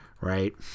Right